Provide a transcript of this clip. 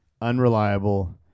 unreliable